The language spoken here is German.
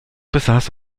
besaß